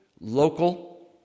local